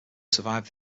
survived